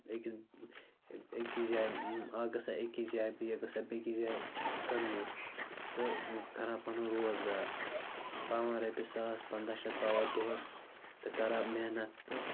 أکِس أکِس جایہِ اَکھ گژھان أکِس جایہِ بیٛاکھ گژھان بیٚیہِ کِس جایہِ کٔنٛنے تہٕ کَران پَنُن روزگار پاوان رۄپیہِ ساس پَنٛداہ شَتھ پاوان دۄہَس تہٕ کَران محنت تہٕ